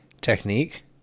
Technique